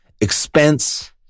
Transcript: expense